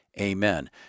Amen